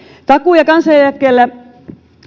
takuu ja kansaneläkkeellä